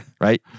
Right